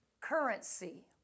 currency